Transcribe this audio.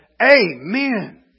Amen